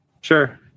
Sure